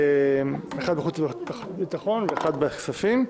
אחד בחוץ וביטחון ואחד בכספים.